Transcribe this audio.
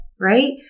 Right